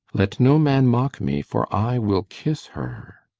let no man mock me, for i will kiss her!